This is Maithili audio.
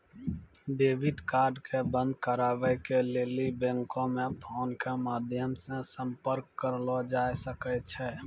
डेबिट कार्ड के बंद कराबै के लेली बैंको मे फोनो के माध्यमो से संपर्क करलो जाय सकै छै